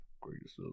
Greatest